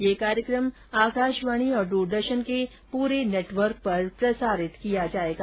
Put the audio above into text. ये कार्यक्रम आकाशवाणी और दूरदर्शन के पूरे नेटवर्क पर प्रसारित किया जायेगा